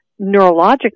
neurologic